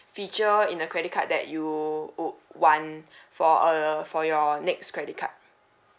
feature in the credit card that you would want for uh for your next credit card